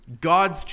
God's